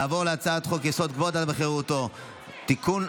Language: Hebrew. נעבור להצעת חוק-יסוד: כבוד האדם וחירותו (תיקון,